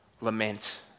lament